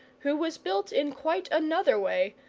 who was built in quite another way,